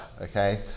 okay